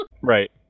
right